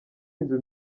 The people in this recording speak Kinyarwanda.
inzu